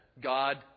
God